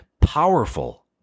powerful